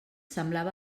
semblava